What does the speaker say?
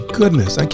goodness